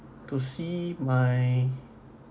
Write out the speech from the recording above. to see my